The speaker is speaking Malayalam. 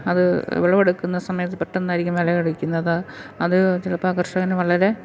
അത് വിളവെടുക്കുന്ന സമയത്ത് പെട്ടെന്നായിരിക്കും വിലയിടിക്കുന്നത് അത് ചിലപ്പോള് കർഷകനു വളരെ